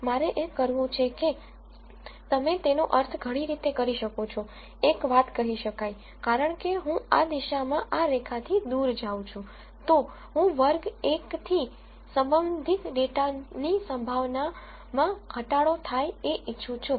મારે એ કરવું છે કે તમે તેનો અર્થ ઘણી રીતે કરી શકો છો એક વાત કહી શકાય કારણ કે હું આ દિશામાં આ રેખાથી દૂર જઉં છું તો હું વર્ગ 1 થી સંબંધિત ડેટાની સંભાવનામાં ઘટાડો થાય એ ઇચ્છુ છું